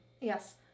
yes